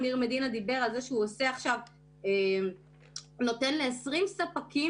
אמיר מדינה דיבר על זה שהוא נותן ל-20 ספקים